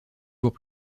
jours